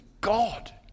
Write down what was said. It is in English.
God